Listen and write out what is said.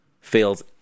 fails